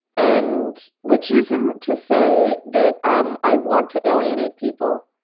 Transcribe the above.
and which isn't to say that um i want to alienate people.